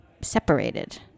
Separated